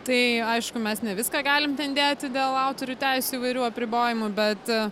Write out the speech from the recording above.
tai aišku mes ne viską galim ten dėti dėl autorių teisių įvairių apribojimų bet